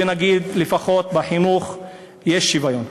ונגיד: לפחות בחינוך יש שוויון.